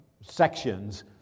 sections